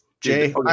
Jay